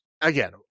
again